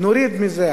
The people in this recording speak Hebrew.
נוריד מזה,